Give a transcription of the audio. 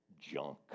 junk